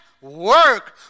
work